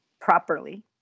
properly